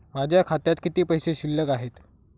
माझ्या खात्यात किती पैसे शिल्लक आहेत?